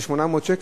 זה 800 שקלים,